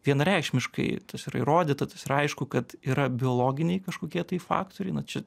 vienareikšmiškai tas yra įrodyta tas yra aišku kad yra biologiniai kažkokie tai faktoriai na čia